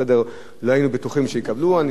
אני שמעתי הבוקר שהם כן מקבלים על החודש,